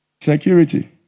Security